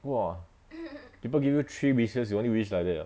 !wah! people give you three wishes you only wish like that ah